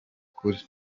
kuri